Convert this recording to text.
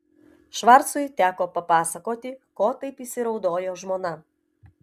švarcui teko papasakoti ko taip įsiraudojo žmona